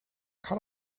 cut